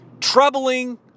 troubling